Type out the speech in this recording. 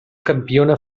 campiona